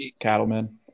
Cattlemen